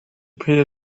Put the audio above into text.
pay